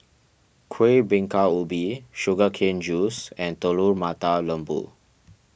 Kuih Bingka Ubi Sugar Cane Juice and Telur Mata Lembu